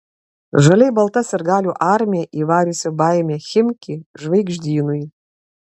žaliai balta sirgalių armija įvariusi baimę chimki žvaigždynui